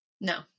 No